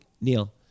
Neil